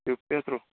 U P I through